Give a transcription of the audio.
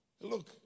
Look